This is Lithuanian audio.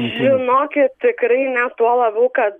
žinokit tikrai ne tuo labiau kad